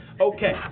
Okay